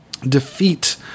Defeat